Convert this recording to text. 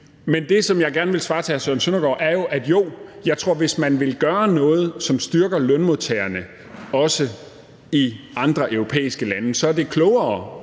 Men det, som jeg gerne vil svare til hr. Søren Søndergaard, er, at jo, jeg tror, at hvis man vil gøre noget, som styrker lønmodtagerne, også i andre europæiske lande, så er det klogere,